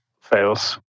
fails